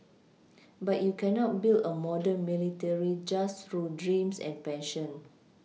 but you cannot build a modern military just through dreams and passion